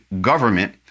government